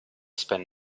spend